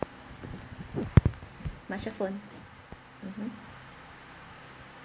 marshal phone mmhmm